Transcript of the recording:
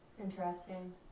interesting